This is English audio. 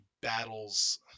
battles